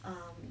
um